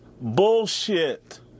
bullshit